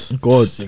God